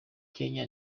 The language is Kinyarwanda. kenya